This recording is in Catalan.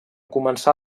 començà